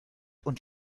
und